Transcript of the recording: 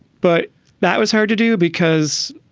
but that was hard to do because,